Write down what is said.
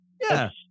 yes